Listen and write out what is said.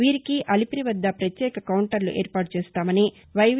వీరికి అలిపిరి వద్ద పత్యేక కౌంటర్లు ఏర్పాటుచేస్తామని వైవి